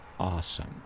Awesome